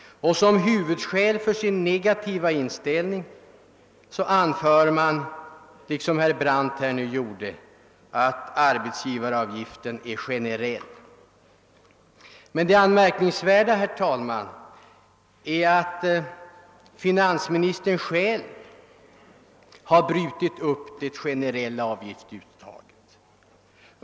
Som huvudskäl för sin negativa inställning anför socialdemokraterna, liksom herr Brandt gjorde nyss, att arbetsgivaravgiften är generell. Det är dock att märka, herr talman, att finansministern själv har brutit mot det generella avgiftsuttaget.